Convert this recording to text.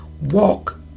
walk